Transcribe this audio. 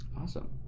Awesome